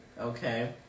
Okay